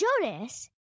Jonas